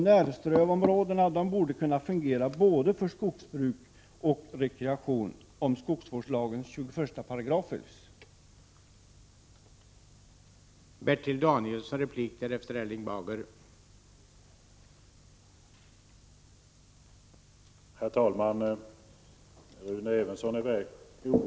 Närströvområdena borde kunna fungera både för skogsbruk och rekreation om skogsvårdslagens 21 § följs.